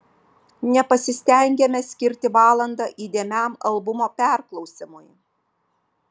nepasistengiame skirti valandą įdėmiam albumo perklausymui